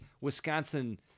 Wisconsin